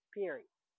Period